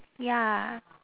ya